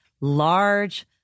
large